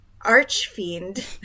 Archfiend